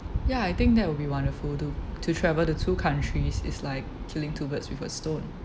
ya I think that will be wonderful to to travel to two countries it's like killing two birds with a stone